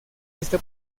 esta